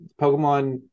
Pokemon